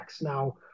Now